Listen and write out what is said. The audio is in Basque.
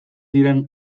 ziren